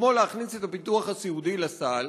כמו להכניס את הביטוח הסיעודי לסל,